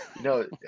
no